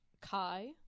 KAI